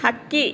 ಹಕ್ಕಿ